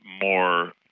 more